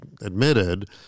admitted